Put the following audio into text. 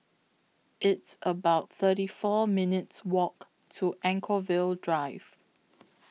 It's about thirty four minutes' Walk to Anchorvale Drive